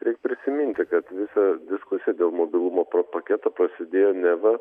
reik prisiminti kad visa diskusija dėl mobilumo to paketo prasidėjo neva